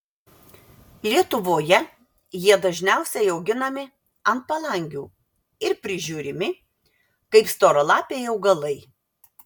lietuvoje jie dažniausiai auginami ant palangių ir prižiūrimi kaip storalapiai augalai